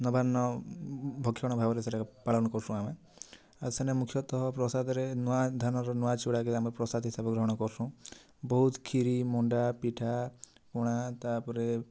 ନବାନ୍ନ ଭକ୍ଷଣ ଭାବରେ ସେଇଟା ପାଳନ କରସୁଁ ଆମେ ଆଉ ସେନେ ମୁଖ୍ୟତଃ ପ୍ରସାଦ ରେ ନୂଆ ଧାନ ର ନୂଆ ଚୂଡ଼ା କେ ଆମେ ପ୍ରସାଦ ହିସାବେ ଗ୍ରହଣ କରସୁଁ ବହୁତ କ୍ଷୀରି ମଣ୍ଡା ପିଠା ପଣା ତାପରେ